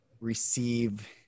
receive